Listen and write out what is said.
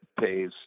pays